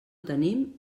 tenim